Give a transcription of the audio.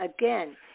again